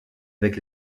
avec